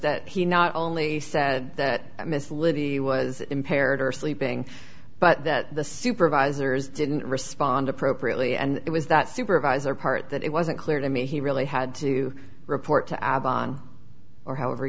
that he not only said that mr libby was impaired or sleeping but that the supervisors didn't respond appropriately and it was that supervisor part that it wasn't clear to me he really had to report to avalon or however